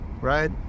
right